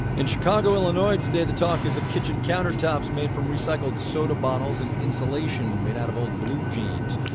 in chicago, ill, and ah today the talk is of kitchen countertops made from recycled soda bottles and insulation made out of old blue jeans.